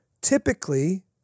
typically